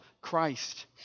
Christ